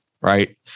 right